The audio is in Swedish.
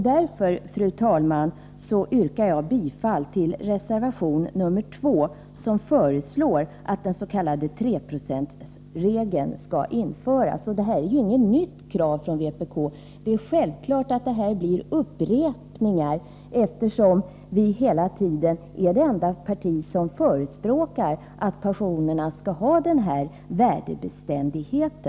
Därför, fru talman, yrkar jag bifall till reservation nr 2, som föreslår att den s.k. 3-procentsregeln skall införas. Detta är inget nytt krav från vpk. Det är självklart att detta blir upprepningar, eftersom vi hela tiden är det enda parti som förespråkar att pensionerna skall ha denna värdebeständighet.